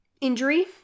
injury